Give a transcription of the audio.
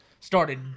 Started